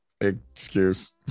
excuse